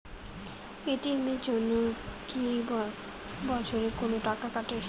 ATM এর জন্যে কি বছরে কোনো টাকা কাটে?